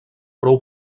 prou